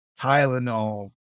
Tylenol